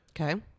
Okay